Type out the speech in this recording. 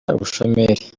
ubushomeri